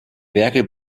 werke